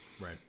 Right